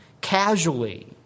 casually